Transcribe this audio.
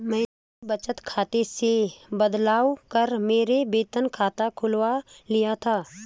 मैंने बचत खाते से बदलवा कर मेरा वेतन खाता खुलवा लिया था